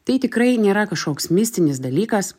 tai tikrai nėra kažkoks mistinis dalykas